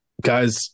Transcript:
guys